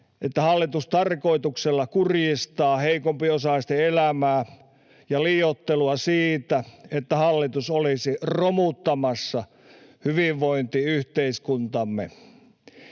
että hallitus tarkoituksella kurjistaisi heikompiosaisten elämää, ja liioitellaan sitä, että hallitus olisi romuttamassa hyvinvointiyhteiskuntamme.